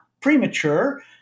Premature